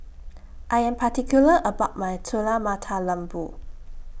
I Am particular about My Telur Mata Lembu